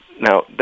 Now